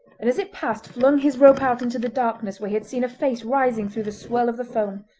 and as it passed flung his rope out into the darkness where he had seen a face rising through the swirl of the foam.